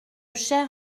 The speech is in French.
chère